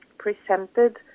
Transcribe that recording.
presented